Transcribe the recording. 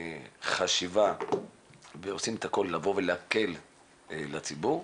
עם חשיבה, ועושים את הכול לבוא ולהקל על הציבור.